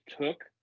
took